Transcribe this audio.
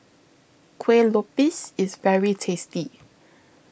Kuih Lopes IS very tasty